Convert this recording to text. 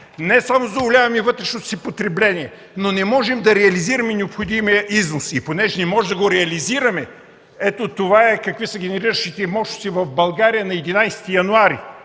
не само задоволяваме вътрешното си потребление, но не можем да реализираме и необходимия износ. И понеже не можем да го реализираме (показва) – до минутата е посочено какви са генериращите мощности в България на 11 януари,